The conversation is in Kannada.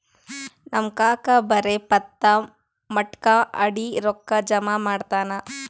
ನಮ್ ಕಾಕಾ ಬರೇ ಪತ್ತಾ, ಮಟ್ಕಾ ಆಡಿ ರೊಕ್ಕಾ ಜಮಾ ಮಾಡ್ತಾನ